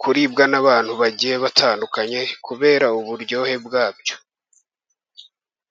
kuribwa n'abantu bagiye batandukanye, kubera uburyohe bwa byo.